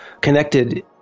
connected